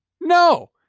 No